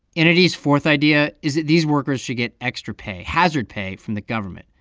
and adie's fourth idea is that these workers should get extra pay hazard pay from the government.